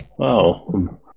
Wow